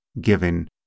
giving